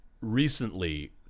Recently